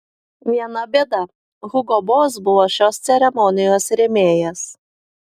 viena bėda hugo boss buvo šios ceremonijos rėmėjas